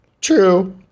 True